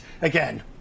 again